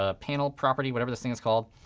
ah panel property, whatever this thing is called,